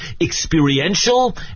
experiential